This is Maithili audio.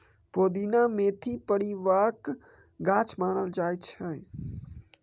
पोदीना मेंथा परिबारक गाछ मानल जाइ छै